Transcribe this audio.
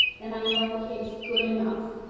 then i know it's good enough.